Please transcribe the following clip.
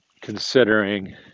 considering